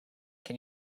can